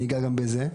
ואני אגע גם בזה.